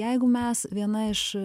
jeigu mes viena iš